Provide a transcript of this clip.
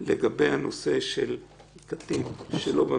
אני מבין שלפני ההצבעה אצטרך לעשות גיוס של הקואליציה.